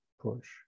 push